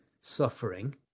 suffering